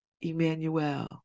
Emmanuel